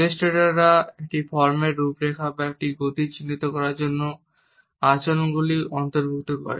ইলাস্ট্রেটররা একটি ফর্মের রূপরেখা বা একটি গতি চিত্রিত করার জন্য আচরণগুলি অন্তর্ভুক্ত করে